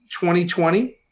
2020